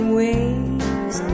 ways